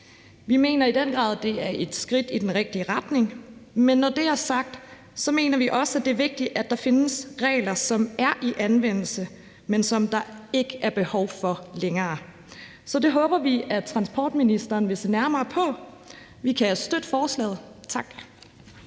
Vi mener, at det i den grad er et skridt i den rigtige retning, men når det er sagt, så mener vi også, det er vigtigt at sige, at der findes regler, som er i anvendelse, men som der ikke er behov for længere. Så det håber vi at transportministeren vil se nærmere på. Vi kan støtte forslaget. Tak.